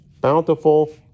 bountiful